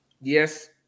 Yes